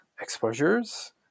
exposures